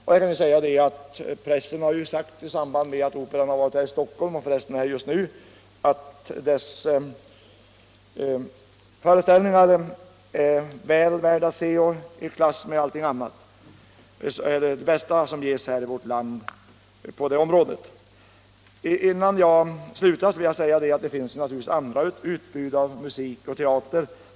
I samband med att Norrlandsoperan har varit här i Stockholm — och för resten är här just nu — har pressen sagt att dess föreställningar är väl värda att ses och i klass med det bästa som ges i vårt land på det området. Det finns naturligtvis andra utbud av musik och teater i norr.